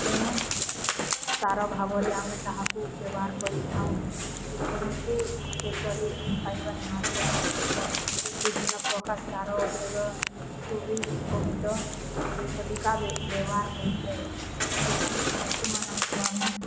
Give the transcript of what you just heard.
ତେଣୁ ସାର ଭାବରେ ଆମେ ତାହାକୁ ବ୍ୟବହାର କରିଥାଉଁ ଯେକୌଣସି କ୍ଷେତରେ ପକାଇବା ନିହାତି ଆବଶ୍ୟକ ବିଭିନ୍ନ ପ୍ରକାର ସାର ଔଷଧଠୁ ବି ବହୁତ ଅଧିକା ବ୍ୟବହାର ହୋଇଥାଏ ଏବଂ ପଶୁମାନଙ୍କୁ ଆମେ